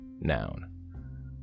Noun